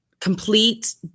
complete